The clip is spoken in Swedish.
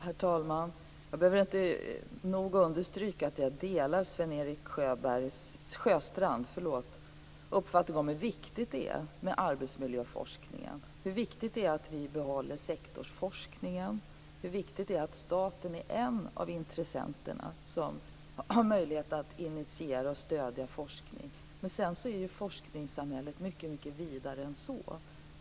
Herr talman! Jag kan inte nog understryka att jag delar Sven-Erik Sjöstrands uppfattning om hur viktigt det är med arbetsmiljöforskning, hur viktigt det är att vi behåller sektorsforskningen och hur viktigt det är att staten är en av de intressenter som har möjlighet att initiera och stödja forskning. Men sedan är ju forskningssamhället mycket vidare än så.